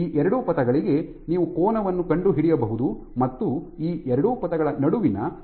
ಈ ಎರಡು ಪಥಗಳಿಗೆ ನೀವು ಕೋನವನ್ನು ಕಂಡುಹಿಡಿಯಬಹುದು ಮತ್ತು ಈ ಎರಡು ಪಥಗಳ ನಡುವಿನ ಅಂತರವು ಎಲ್ ಆಗಿದೆ